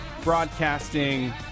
broadcasting